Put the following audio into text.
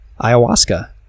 Ayahuasca